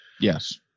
Yes